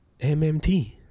MMT